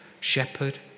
Shepherd